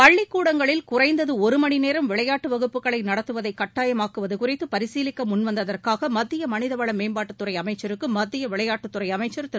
பள்ளிக் கூடங்களில் குறைந்தது ஒரு மணி நேரம் விளையாட்டு வகுப்புக்களை நடத்துவதை கட்டாயமாக்குவது குறித்து பரிசீலிக்க முன்வந்ததற்காக மத்திய மனித வள மேம்பாட்டுத்துறை அமைச்சருக்கு மத்திய விளையாட்டுத்துறை அமைச்சர் திரு